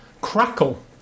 Crackle